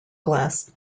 glass